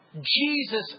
Jesus